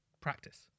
practice